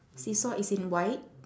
seesaw is in white